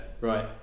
right